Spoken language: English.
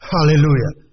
Hallelujah